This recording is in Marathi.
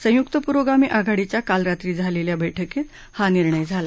संयुक्त पुरोगामी आघाडीच्या काल रात्री झालेल्या बैठकीत हा निर्णय झाला